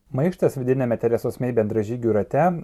maištas vidiniame teresos mei bendražygių rate